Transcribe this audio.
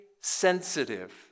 sensitive